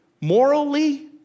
morally